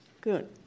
Good